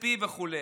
SNP וכו'.